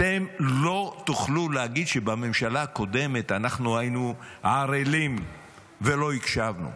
אתם לא תוכלו להגיד שבממשלה הקודמת אנחנו היינו ערלים ולא הקשבנו.